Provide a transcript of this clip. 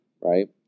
right